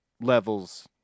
levels